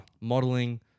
modeling